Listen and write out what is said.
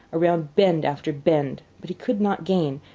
around bend after bend, but he could not gain.